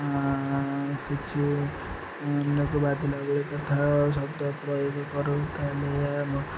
କିଛି ଅନ୍ୟକୁ ବାଧିଲା ଭଳି କଥା ଶବ୍ଦ ପ୍ରୟୋଗ କରୁ ତାହେଲେ ଆମ